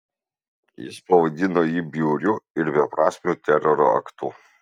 jis pavadino jį bjauriu ir beprasmiu teroro aktu